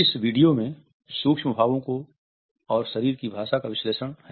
इस वीडियो में सूक्ष्म भावों और शरीर की भाषा का विश्लेषण है